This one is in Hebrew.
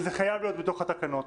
וזה חייב להיות בתוך התקנות.